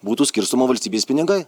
būtų skirstoma valstybės pinigai